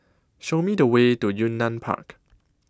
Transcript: Show Me The Way to Yunnan Park